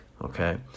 okay